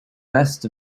best